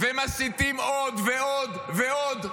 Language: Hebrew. ומסיתים עוד ועוד ועוד.